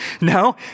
no